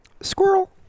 Squirrel